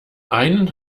einen